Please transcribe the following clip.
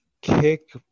kick